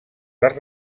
les